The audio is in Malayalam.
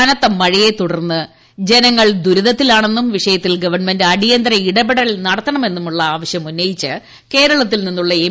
കനത്ത മഴയെ തുടർന്ന് ജനങ്ങൾ ദുരിതത്തിലാണെന്നും വിഷയത്തിൽ ഗവൺമെന്റ് അടിയന്തര ഇടപെടൽ നടത്തണമെന്നുമുള്ള ആവശ്യമുന്നയിച്ച് കേരളത്തിൽ നിന്നുള്ള എം